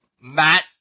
Matt